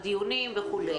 לדיונים וכו'.